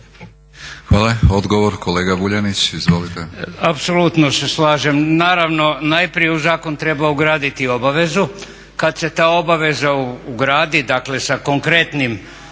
Hvala. Odgovor, kolega Vuljanić. Izvolite.